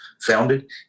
founded